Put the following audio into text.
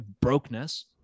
brokenness